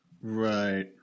Right